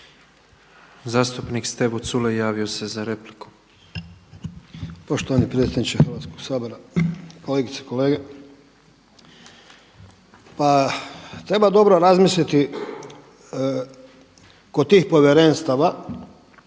Zastupnik Stevo Culej javio se za repliku. **Culej, Stevo (HDZ)** Poštovani predsjedniče Sabora, kolegice i kolege. Pa treba dobro razmisliti kod tih povjerenstava